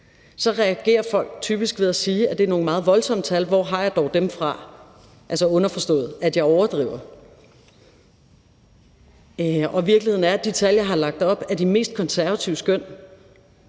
så reagerer folk typisk ved at sige, at det er nogle meget voldsomme tal, og hvor jeg dog har dem fra – altså underforstået, at jeg overdriver. Virkeligheden er, at de tal, jeg har lagt op, er de mest konservative skøn,